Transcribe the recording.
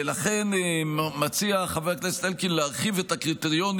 ולכן מציע חבר הכנסת אלקין להרחיב את הקריטריונים